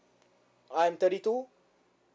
I'm thirty two